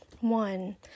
one